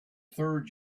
third